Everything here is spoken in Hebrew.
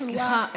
סליחה,